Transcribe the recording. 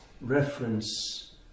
reference